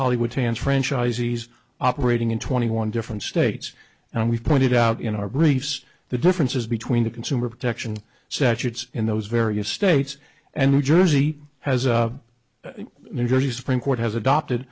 hollywood hands franchisees operating in twenty one different states and we pointed out in our briefs the differences between the consumer protection statutes in those various states and new jersey has a new jersey supreme court has adopted